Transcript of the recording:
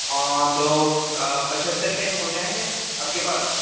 آں تو پچہتر پین ہو جائیں گے آپ کے پاس